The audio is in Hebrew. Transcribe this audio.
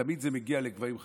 תמיד זה מגיע לגבהים חדשים.